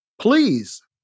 please